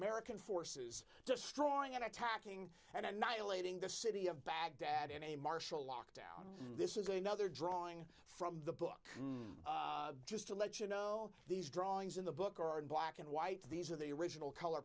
american forces destroying and attacking and annihilating the city of baghdad in a martial lockdown this is another drawing from the book just to let you know these drawings in the book are in black and white these are the original color